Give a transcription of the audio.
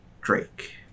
Drake